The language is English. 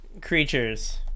creatures